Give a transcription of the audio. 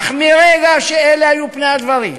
אך מרגע שאלה היו פני הדברים,